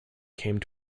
came